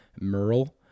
merle